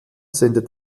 sendet